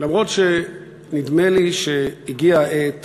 למרות שנדמה לי שהגיעה העת